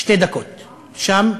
שתי דקות שם,